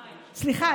סליחה,